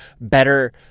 better